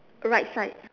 right side